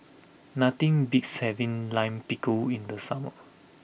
nothing beats having Lime Pickle in the summer